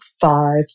five